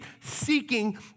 seeking